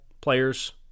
players